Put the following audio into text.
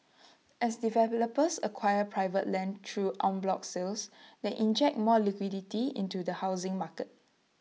as developers acquire private land through en bloc sales they inject more liquidity into the housing market